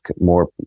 more